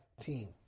team